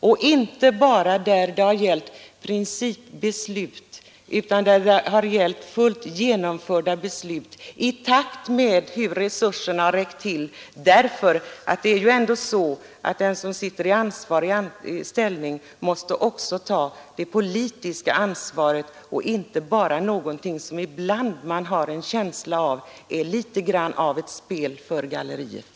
Jag avser då inte endast principbeslut, utan fullt genomförda beslut — som fattats och genomförts i takt med hur resurserna har räckt till. Det är ändå så att det parti som sitter i regeringsställning också måste ta det politiska ansvaret; man kan då inte spela för galleriet.